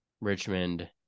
Richmond